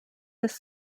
this